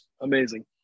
Amazing